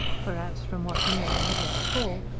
whereas, from what mary had let fall,